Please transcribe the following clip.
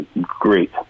great